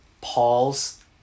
Paul's